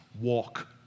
walk